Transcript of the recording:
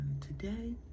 today